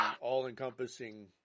all-encompassing